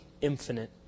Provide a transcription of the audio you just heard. infinite